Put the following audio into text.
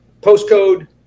postcode